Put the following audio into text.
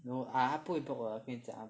no ah 他不会 block 我的我跟你讲